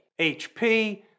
HP